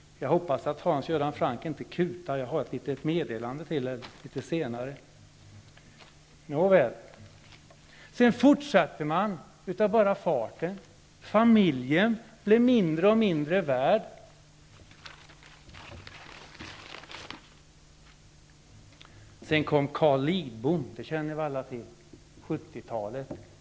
Jag hoppas att Hans Göran Franck inte kutar i väg nu. Jag har ett litet meddelande till honom litet senare. Sedan fortsätter man av bara farten. Familjen blir mindre och mindre värd. På 70-talet kom sedan Carl Lidbom. Honom känner ni väl alla till?